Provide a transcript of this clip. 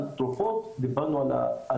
דיברנו על תרופות,